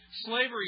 Slavery